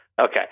Okay